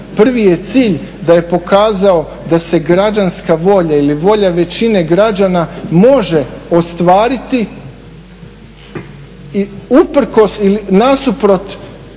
Prvi je cilj da je pokazao da se građanska volja ili volja većine građana može ostvariti uprkos